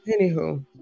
Anywho